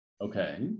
Okay